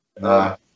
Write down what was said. No